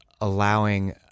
allowing